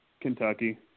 Kentucky